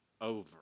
over